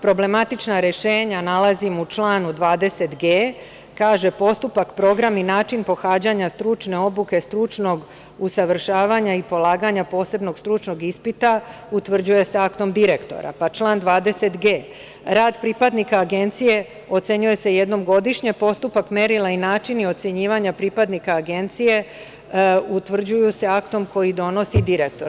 Problematična rešenja nalazimo u članu 20g, gde se kaže – Postupak, program i način pohađanja stručne obuke stručnog usavršavanja i polaganja posebnog stručnog ispita, utvrđuje se aktom direktora, pa član 20g – Rad pripadnika Agencije ocenjuje se jednom godišnje, postupak, merila i načini ocenjivanja pripadnika Agencije utvrđuju se aktom koji donosi direktor.